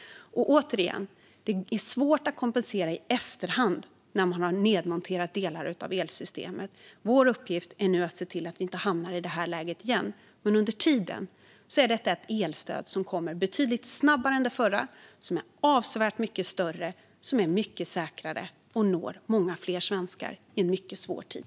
Återigen: Det är svårt att kompensera i efterhand när delar av elsystemet har nedmonterats. Vår uppgift nu är att se till att vi inte hamnar i det läget igen, men under tiden får vi ett elstöd som kommer betydligt snabbare än det förra, som är avsevärt större, som är mycket säkrare och som når många fler svenskar i en mycket svår tid.